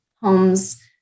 homes